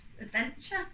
Adventure